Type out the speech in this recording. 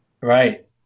Right